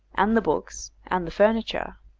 and the books, and the furniture.